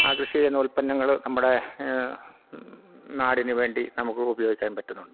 ആ കൃഷി ചെയ്യുന്ന ഉൽപ്പന്നങ്ങൾ നമ്മുടെ നാടിന് വേണ്ടി നമുക്ക് ഉപയോഗിക്കാൻ പറ്റുന്നുണ്ട്